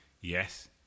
Yes